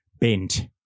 bent